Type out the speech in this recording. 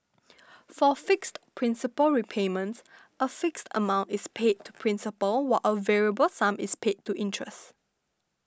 for fixed principal repayments a fixed amount is paid to principal while a variable sum is paid to interest